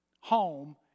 home